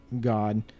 God